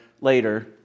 later